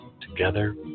Together